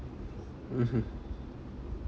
mmhmm